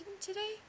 today